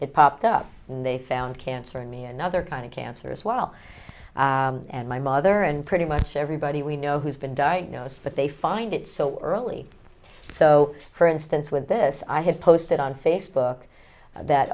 it popped up and they found cancer in me another kind of cancer as well and my mother and pretty much everybody we know who's been diagnosed but they find it so early so for instance with this i had posted on facebook that